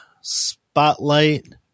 Spotlight